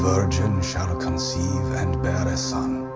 virgin shall conceive and bear